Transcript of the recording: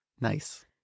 Nice